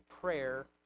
prayer